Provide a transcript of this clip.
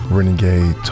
Renegade